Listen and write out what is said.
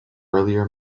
earlier